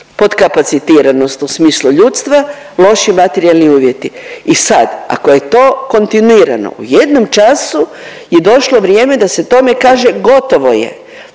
potkapacitiranost u smislu ljudstva, loši materijalni uvjeti. I sad, ako je to kontinuirano u jednom času je došlo vrijeme da se tome kaže gotovo je,